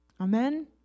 Amen